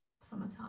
summertime